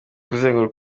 kugenzura